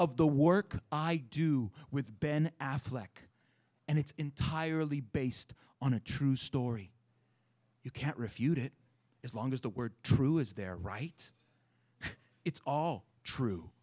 of the work i do with ben affleck and it's entirely based on a true story you can't refute it as long as the word true is there right it's all true